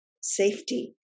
safety